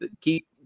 keep